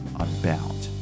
unbound